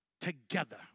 together